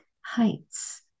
heights